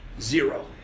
Zero